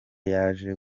yaje